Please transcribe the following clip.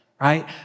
right